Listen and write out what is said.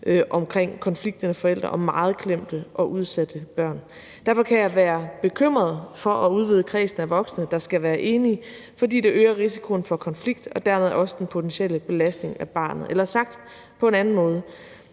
om konflikter mellem forældrene og meget klemte og udsatte børn. Derfor kan jeg være bekymret for at udvide kredsen af voksne, der skal være enige, fordi det øger risikoen for konflikt og dermed også den potentielle belastning af barnet. Eller sagt på en anden måde: